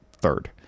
third